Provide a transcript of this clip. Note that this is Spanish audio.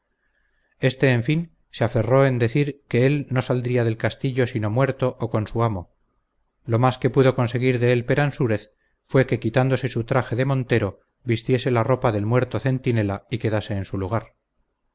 éste en fin se aferró en decir que él no saldría del castillo sino muerto o con su amo lo más que pudo conseguir de él peransúrez fue que quitándose su traje de montero vistiese la ropa del muerto centinela y quedase en su lugar